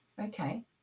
Okay